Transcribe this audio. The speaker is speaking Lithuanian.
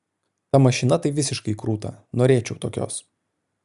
ta mašina tai visiškai krūta norėčiau tokios